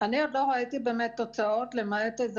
אני עוד לא ראיתי באמת תוצאות למעט איזה